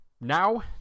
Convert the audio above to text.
Now